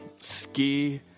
ski